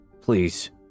Please